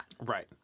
right